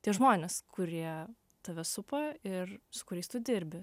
tie žmonės kurie tave supa ir su kuriais tu dirbi